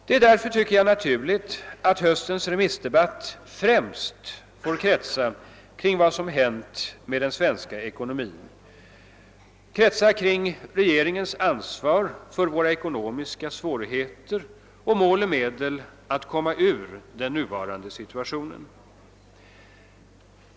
Det är därför naturligt att höstens remissdebatt främst får kretsa kring vad som har hänt med den svenska ekonomin, kring regeringens ansvar för våra ekonomiska svårigheter och kring mål och medel att komma ur den nuvarande situationen.